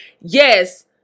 yes